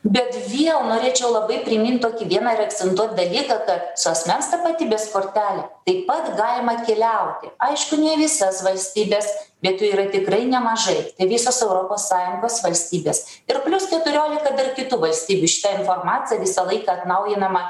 bet viel norėčiau labai primint tokį vieną ir akcentuot dalyką kad su asmens tapatybės kortele taip pat galima keliauti aišku ne į visas valstybes be jų yra tikrai nemažai visos europos sąjungos valstybės ir plius keturiolika dar kitų valstybių šita informacija visą laiką atnaujinama